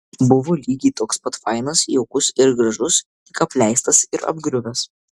buvo lygiai toks pat fainas jaukus ir gražus tik apleistas ir apgriuvęs